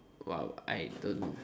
!wow! I don't